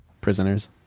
Prisoners